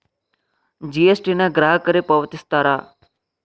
GST ನ ಗ್ರಾಹಕರೇ ಪಾವತಿಸ್ತಾರಾ